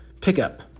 pickup